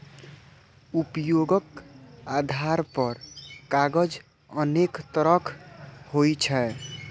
उपयोगक आधार पर कागज अनेक तरहक होइ छै